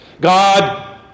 God